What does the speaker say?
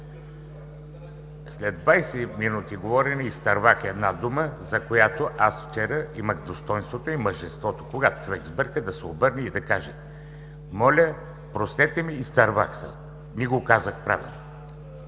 След 20 минути говорене вчера изтървах една дума, за която имах достойнството и мъжеството, когато човек сбърка, да се обърне и да каже: „моля, простете ми, изтървах се“. Не го казах правилно.